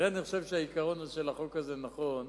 לכן, העיקרון של החוק הזה נכון,